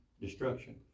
destruction